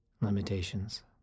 limitations